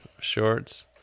shorts